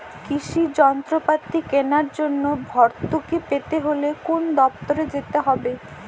কৃষি যন্ত্রপাতি কেনার জন্য ভর্তুকি পেতে হলে কোন দপ্তরে যেতে হবে?